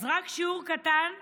אז רק שיעור קטן באזרחות.